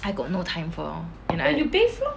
I got no time for and I